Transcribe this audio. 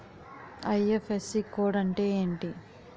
IFSC code అంటే ఏంటి?